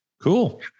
cool